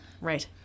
Right